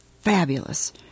fabulous